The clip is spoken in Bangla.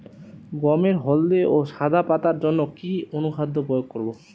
গমের হলদে ও সাদা পাতার জন্য কি অনুখাদ্য প্রয়োগ করব?